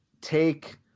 take